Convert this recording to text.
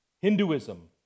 Hinduism